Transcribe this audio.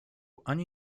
ani